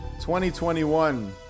2021